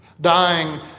dying